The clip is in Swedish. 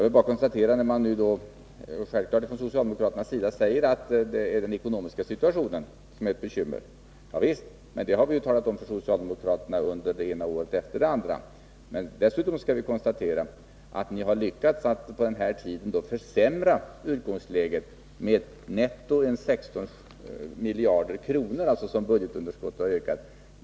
Det är självklart att man från socialdemokratiskt håll säger att det är den ekonomiska situationen som är bekymret. Javisst! Det har vi ju talat om för socialdemokraterna under det ena året efter det andra. Dessutom skall vi konstatera att ni har lyckats att på denna korta tid försämra utgångsläget med 16 miljarder kronor netto, som budgetunderskottet har ökat.